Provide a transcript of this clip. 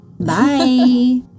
Bye